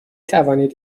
توانید